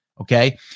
okay